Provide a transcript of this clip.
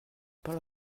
parle